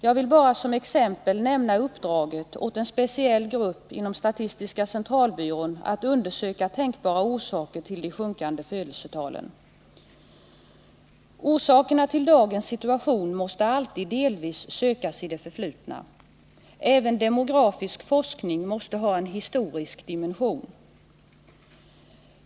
Jag vill bara som exempel nämna uppdraget åt en speciell grupp inom statistiska centralbyrån att undersöka tänkbara orsaker till de sjunkande födelsetalen. Orsakerna till dagens situation måste alltid delvis sökas i det förflutna. Även demografisk forskning måste ha en historisk dimension.